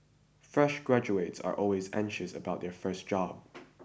fresh graduates are always anxious about their first job